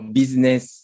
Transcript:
business